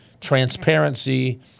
transparency